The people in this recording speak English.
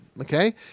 Okay